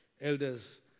Elders